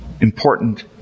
important